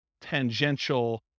tangential